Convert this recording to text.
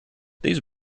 these